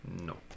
No